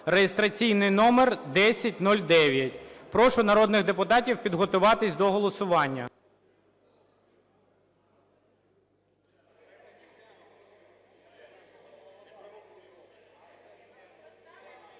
(реєстраційний номер 1009). Прошу народних депутатів підготуватись до голосування.